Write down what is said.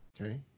Okay